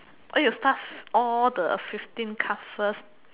or you start all the fifteen card first